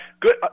good